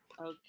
Okay